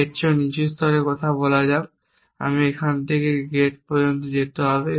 এর চেয়েও নিচু স্তরের কথা বলা যাক আমি এখান থেকে গেট পর্যন্ত যেতে হবে